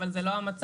אבל זה לא המצב.